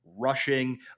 rushing